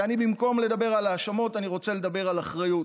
ובמקום לדבר על האשמות אני רוצה לדבר על אחריות.